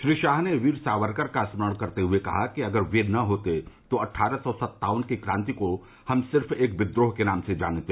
श्री शाह ने वीर सावरकर का स्मरण करते हये कहा कि अगर वे न होते तो अट्टारह सौ सत्तावन की क्रांति को हम सिर्फ एक विद्रोह के नाम से जानते